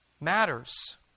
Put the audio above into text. Matters